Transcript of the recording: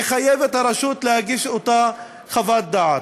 יחייב את הרשות להגיש את אותה חוות דעת.